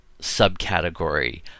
subcategory